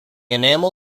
enamel